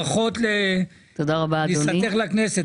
ברכות לכניסתך לכנסת.